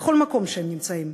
בכל מקום שהם נמצאים,